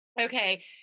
okay